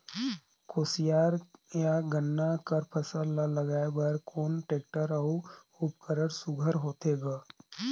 कोशियार या गन्ना कर फसल ल लगाय बर कोन टेक्टर अउ उपकरण सुघ्घर होथे ग?